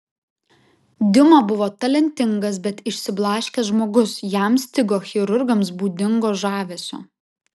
diuma buvo talentingas bet išsiblaškęs žmogus jam stigo chirurgams būdingo žavesio